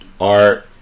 art